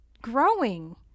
growing